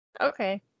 Okay